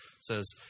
says